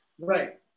right